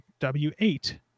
W8